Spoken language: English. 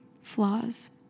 Flaws